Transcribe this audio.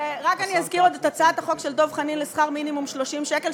ואני רק אזכיר עוד את הצעת החוק של דב חנין לשכר מינימום של 30 שקל,